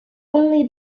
only